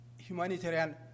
humanitarian